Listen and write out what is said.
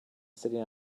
sitting